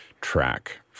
track